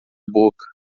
boca